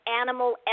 animal